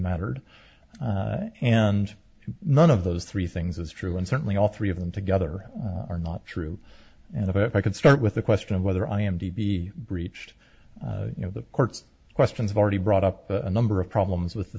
mattered and none of those three things is true and certainly all three of them together are not true and if i could start with the question of whether i am to be reached you know the court's questions already brought up a number of problems with the